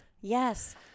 Yes